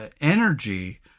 energy